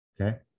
okay